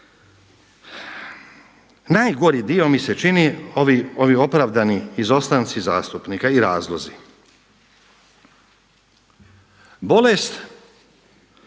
Najgori dio mi se čini ovi opravdani izostanci zastupnika i razlozi. Bolest,